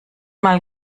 mal